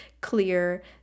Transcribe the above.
clear